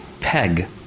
peg